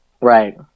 right